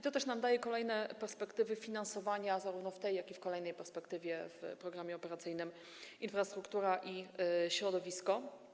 To nam daje kolejne perspektywy finansowania, zarówno w tej, jak i w kolejnej perspektywie, w ramach Programu Operacyjnego „Infrastruktura i środowisko”